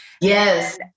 Yes